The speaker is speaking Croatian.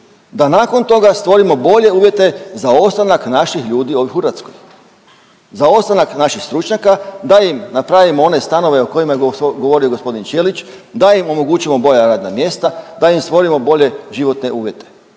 da nakon toga stvorimo bolje uvjete za ostanak naših ljudi u Hrvatskoj. Za ostanak naših stručnjaka, da im napravimo one stanove o kojima je govorio gospodin Ćelić, da im omogućimo bolja radna mjesta, da im stvorimo bolje životne uvjete.